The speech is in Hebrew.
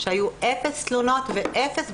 שהיו 0 תלונות ו-0 בקשות,